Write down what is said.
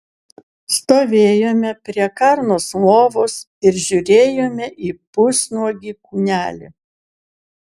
stovėjome prie karnos lovos ir žiūrėjome į pusnuogį kūnelį